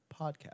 podcast